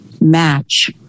match